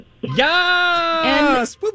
Yes